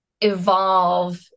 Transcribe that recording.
evolve